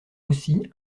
aussi